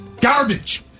Garbage